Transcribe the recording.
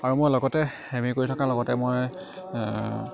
আৰু মই লগতে এম এ কৰি থকাৰ লগতে মই